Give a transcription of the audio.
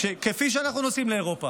כפי שאנחנו נוסעים לאירופה,